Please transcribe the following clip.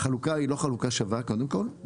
החלוקה היא לא חלוקה שווה קודם כל,